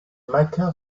mecca